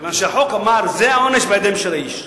כיוון שהחוק אמר: זה עונש בידיים של האיש,